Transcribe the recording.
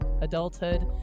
adulthood